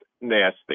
nasty